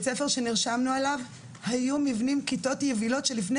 הספר שנרשמנו אליו היו מבנים של כיתות יבילות שלפני